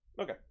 okay